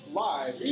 live